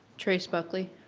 trace buckley.